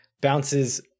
bounces